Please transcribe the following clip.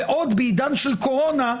ועוד בעידן שלקורונה,